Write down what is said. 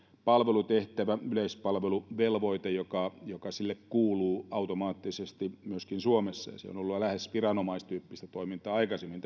palvelutehtävä yleispalveluvelvoite joka joka sille kuuluu automaattisesti myöskin suomessa tämä postin toiminta on ollut lähes viranomaistyyppistä toimintaa aikaisemmin